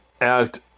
act